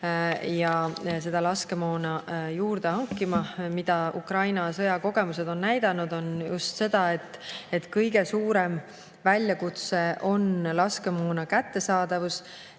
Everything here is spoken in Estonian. ja laskemoona juurde hankima. Mida Ukraina sõjakogemused on näidanud, on just see, et kõige suurem väljakutse on laskemoona kättesaadavus.